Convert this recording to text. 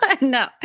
No